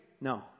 No